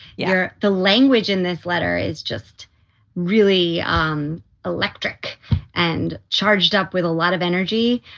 yeah. the language in this letter is just really um electric and charged up with a lot of energy,